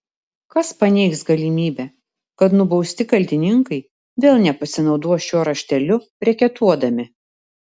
kas paneigs galimybę kad nubausti kaltininkai vėl nepasinaudos šiuo rašteliu reketuodami